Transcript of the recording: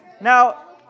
Now